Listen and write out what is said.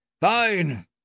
Fine